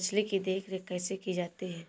मछली की देखरेख कैसे की जाती है?